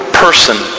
person